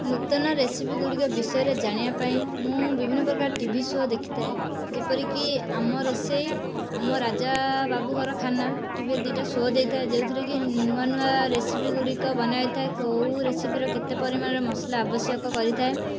ନୂତନ ରେସିପିଗୁଡ଼ିକ ବିଷୟରେ ଜାଣିବା ପାଇଁ ମୁଁ ବିଭିନ୍ନ ପ୍ରକାର ଟିଭି ଶୋ ଦେଖିଥାଏ ଯେପରିକି ଆମ ରୋଷେଇ ଆମ ରାଜାବାବୁ ଘର ଖାନା ଟିଭିରେ ଦୁଇଟା ଶୋ ଦେଇଥାଏ ଯେଉଁଥିରେକି ନୂଆ ନୂଆ ରେସିପିଗୁଡ଼ିକ ବନା ହୋଇଥାଏ କେଉଁ ରେସିପିର କେତେ ପରିମାଣର ମସଲା ଆବଶ୍ୟକ କରିଥାଏ